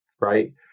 right